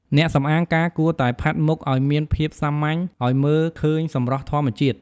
អ្នកសម្អាងការគួរតែផាត់មុខឲ្យមានភាពសាមញ្ញឲ្យមើលឃើញសម្រស់ធម្មជាតិ។